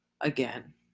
again